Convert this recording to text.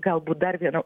galbūt dar viena